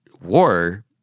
war